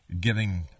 giving